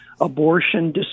abortion